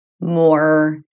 more